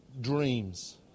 dreams